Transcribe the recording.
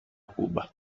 cuba